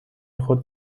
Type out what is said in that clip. خود